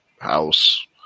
house